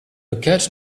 occurred